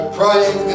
praying